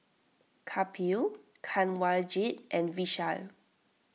Kapil Kanwaljit and Vishal